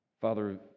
Father